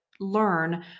learn